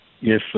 Yes